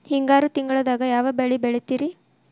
ಹಿಂಗಾರು ತಿಂಗಳದಾಗ ಯಾವ ಬೆಳೆ ಬೆಳಿತಿರಿ?